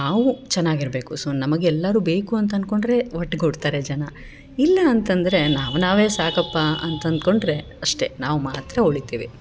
ನಾವು ಚೆನ್ನಾಗಿರ್ಬೇಕು ಸೊ ನಮಗೆಲ್ಲರು ಬೇಕು ಅಂತನ್ಕೊಂಡರೆ ಒಟ್ಗೂಡ್ತಾರೆ ಜನ ಇಲ್ಲ ಅಂತಂದರೆ ನಾವು ನಾವೇ ಸಾಕಪ್ಪ ಅಂತನ್ಕೊಂಡರೆ ಅಷ್ಟೆ ನಾವು ಮಾತ್ರ ಉಳಿತೇವೆ